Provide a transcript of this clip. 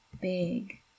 big